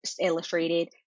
Illustrated